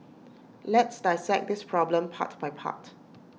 let's dissect this problem part by part